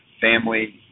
family